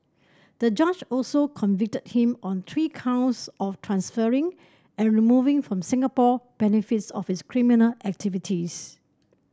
the judge also convicted him on three counts of transferring and removing from Singapore benefits of his criminal activities